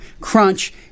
crunch